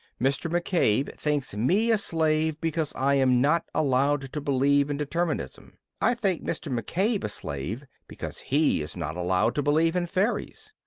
mr. mccabe thinks me a slave because i am not allowed to believe in determinism. i think mr. mccabe a slave because he is not allowed to believe in fairies.